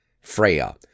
Freya